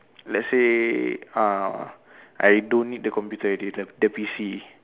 let's say uh I don't need the computer already the the P_C